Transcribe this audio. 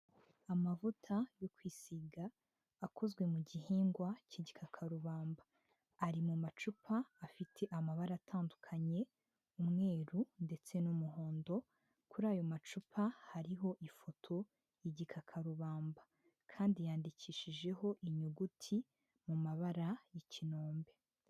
Amavuta yo kwisiga akozwe mu gihingwa k'igikakarubamba ari mu macupa afite amabara atandukanye, umweru ndetse n'umuhondo, kuri ayo macupa hariho ifoto y'igikakarubamba, kandi yandikishijeho inyuguti mu mabara y'ikinombe.